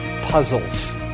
puzzles